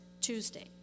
Tuesday